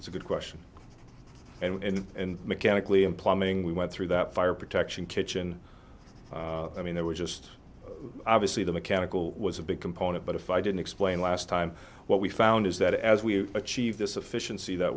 it's a good question and and mechanically implementing we went through that fire protection kitchen i mean there was just obviously the mechanical was a big component but if i didn't explain last time what we found is that as we achieve this efficiency that